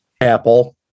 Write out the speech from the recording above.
Apple